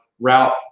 route